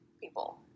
people